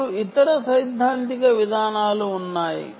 అప్పుడు ఇతర సిద్ధాంతిక విధానాలు ఉన్నాయి